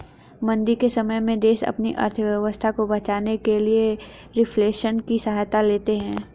मंदी के समय में देश अपनी अर्थव्यवस्था को बचाने के लिए रिफ्लेशन की सहायता लेते हैं